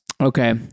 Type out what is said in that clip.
Okay